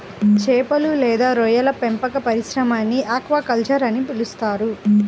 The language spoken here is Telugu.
చేపలు లేదా రొయ్యల పెంపక పరిశ్రమని ఆక్వాకల్చర్ అని పిలుస్తారు